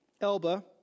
Elba